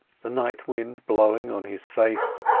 the night wind blowing on his face,